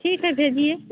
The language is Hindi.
ठीक है भेजिए